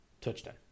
Touchdown